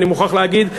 אני מוכרח להגיד,